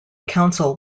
council